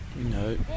No